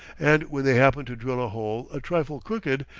and when they happen to drill a hole a trifle crooked,